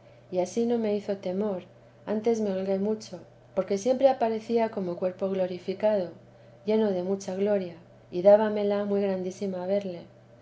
y ansí no me hizo temor antes me holgué mucho porque siempre aparecía como cuerpo glorificado lleno de mucha gloria y dáñamela muy grandísima verle